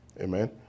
Amen